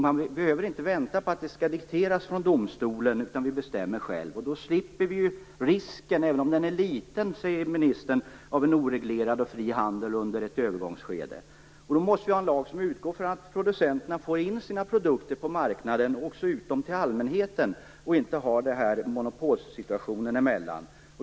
Vi behöver inte vänta på att det skall dikteras från domstolen, utan vi bestämmer själva. Då slipper vi också risken, även om den enligt ministern är liten, för en oreglerad och fri handel under ett övergångsskede. Vi måste då ha en lag som utgår från att producenterna får in sina produkter på marknaden, och också får ut dem till allmänheten, utan att behöva ha den här monopolsituationen emellan.